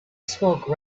smoke